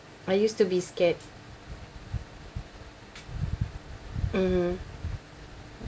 I used to be scared mmhmm